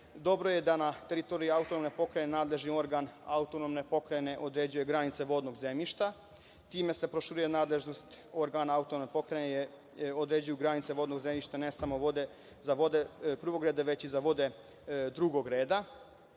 dobro. Dobro je da na teritoriji Autonomne pokrajine nadležni organ Autonomne pokrajine određuje granice vodnog zemljišta. Time se proširuje nadležnost organa Autonomne pokrajine, određuju se granice vodnog zemljišta, ne samo za vode prvog reda, već i za vode drugog reda.